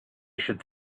should